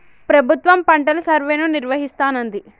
ప్రభుత్వం పంటల సర్వేను నిర్వహిస్తానంది